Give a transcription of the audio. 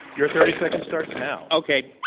your thirty seconds starts now. okay.